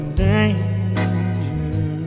danger